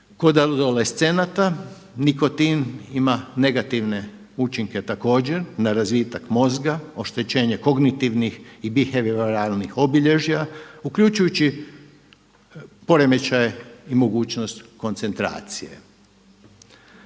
Kod adolescenata nikotin ima negativne učinke također na razvitak mozga, oštećenje kognitivnih i bihevioralnih obilježja, uključujući poremećaje i mogućnost koncentracije.